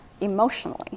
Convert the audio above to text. emotionally